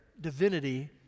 divinity